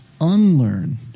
unlearn